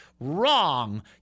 Wrong